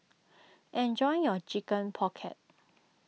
enjoy your Chicken Pocket